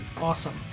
Awesome